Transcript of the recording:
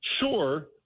Sure